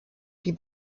die